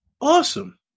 Awesome